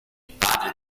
padre